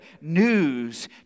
News